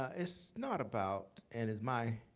ah it's not about and as my